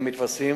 הם מתווספים